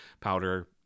powder